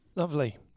Lovely